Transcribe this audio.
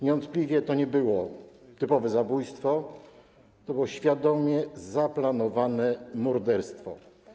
Niewątpliwie to nie było typowe zabójstwo, to było świadomie zaplanowane morderstwo.